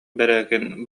бэрээкин